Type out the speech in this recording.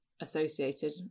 associated